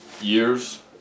years